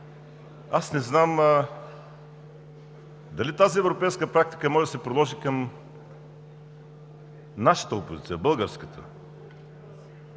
аз не знам дали тази европейска практика може да се приложи към нашата опозиция – българската?